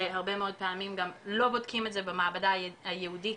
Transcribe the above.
שהרבה מאוד פעמים גם לא בודקים את זה במעבדה הייעודית